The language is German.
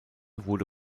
wurde